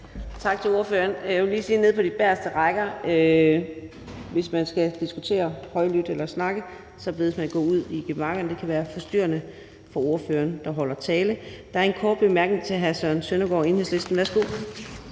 Tak til ordføreren. Jeg skal lige sige til dem nede på de bageste rækker, at skal man diskutere eller snakke højlydt, bedes man gå ud i gemakkerne, for det kan være forstyrrende for ordføreren, der holder tale. Der er en kort bemærkning til hr. Søren Søndergaard, Enhedslisten. Værsgo.